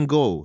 go